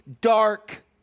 dark